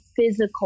physical